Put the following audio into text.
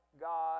God